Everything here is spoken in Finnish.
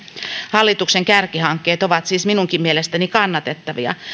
hallituksen kärkihankkeet ovat siis minunkin mielestäni kannatettavia